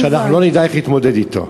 שאנחנו לא נדע איך להתמודד אתו.